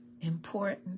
important